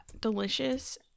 delicious